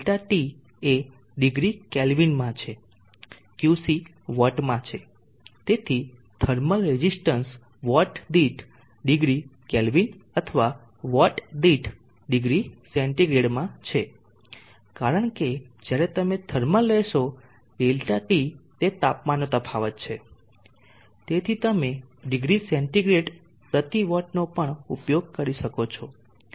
ΔT એ ડિગ્રી કેલ્વિનમાં છે QC વોટ માં છે તેથી થર્મલ રેઝીસ્ટન્સ વોટ દીઠ ડિગ્રી કેલ્વિન અથવા વોટ દીઠ ડિગ્રી સેન્ટીગ્રેડમાં છે કારણ કે જ્યારે તમે થર્મલ લેશો ΔT તે તાપમાનનો તફાવત છે તેથી તમે ડિગ્રી સેન્ટિગ્રેડ પ્રતિ વોટ નો પણ ઉપયોગ કરી શકો છો